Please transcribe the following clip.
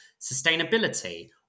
sustainability